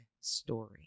story